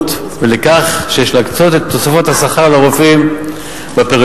ולכך שיש להקצות את תוספות השכר לרופאים בפריפריה,